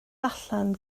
allan